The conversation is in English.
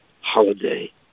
holiday